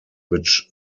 which